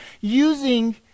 using